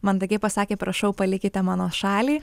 mandagiai pasakė prašau palikite mano šalį